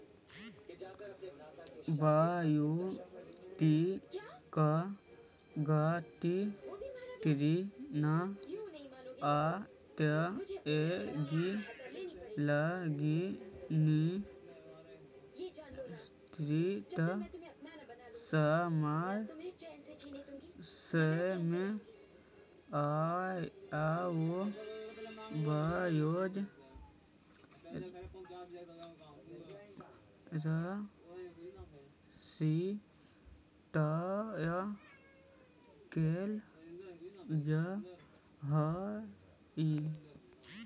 व्यक्तिगत ऋण अदाएगी लगी निश्चित समय सीमा आउ ब्याज राशि तय कैल जा हइ